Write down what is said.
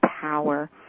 power